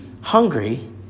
hungry